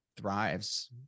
thrives